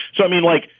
so, i mean, like,